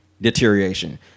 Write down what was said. deterioration